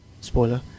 Spoiler